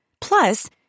Plus